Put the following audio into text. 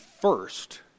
first